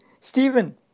Stephen